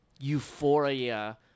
euphoria